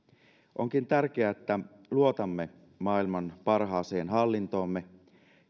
onkin tärkeää että luotamme maailman parhaaseen hallintoomme